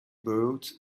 birds